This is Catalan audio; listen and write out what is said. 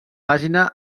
pàgina